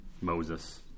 Moses